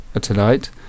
tonight